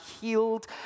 healed